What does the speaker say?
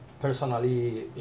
personally